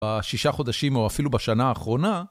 בשישה חודשים, או אפילו בשנה האחרונה